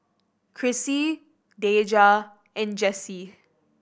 Crissie Deja and Jesse